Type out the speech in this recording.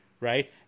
right